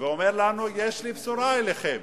ואומר לנו: יש לי בשורה בשבילכם,